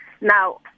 Now